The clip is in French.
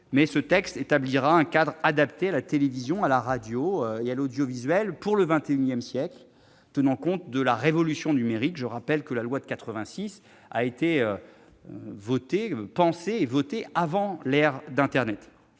de loi établira un cadre adapté à la télévision, à la radio et à l'audiovisuel du XXI siècle, en tenant compte de la révolution numérique. Je rappelle que la loi de 1986 a été pensée et votée avant l'ère d'internet.